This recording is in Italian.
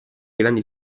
grandi